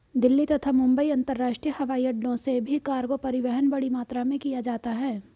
दिल्ली तथा मुंबई अंतरराष्ट्रीय हवाईअड्डो से भी कार्गो परिवहन बड़ी मात्रा में किया जाता है